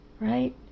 Right